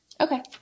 Okay